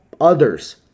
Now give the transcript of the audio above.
others